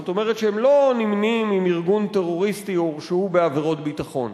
זאת אומרת שהם לא נמנים עם ארגון טרוריסטי או הורשעו בעבירות ביטחון.